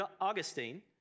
Augustine